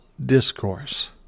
discourse